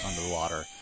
underwater